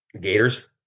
gators